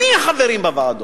מי החברים בוועדות,